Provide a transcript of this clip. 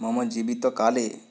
मम जीवितकाले